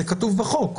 זה כתוב בחוק.